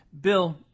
Bill